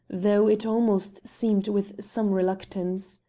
though, it almost seemed, with some reluctance.